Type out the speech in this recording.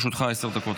לרשותך עשר דקות,